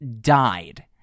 died